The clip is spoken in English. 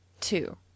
Two